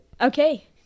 Okay